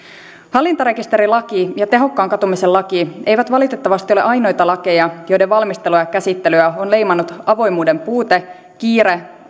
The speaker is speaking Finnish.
hallintarekisterilaki ja tehokkaan katumisen laki eivät valitettavasti ole ainoita lakeja joiden valmistelua ja käsittelyä on leimannut avoimuuden puute kiire